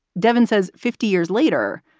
devon says fifty years later,